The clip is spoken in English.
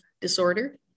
disorder